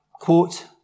quote